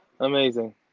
amazing